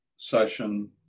session